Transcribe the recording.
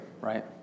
right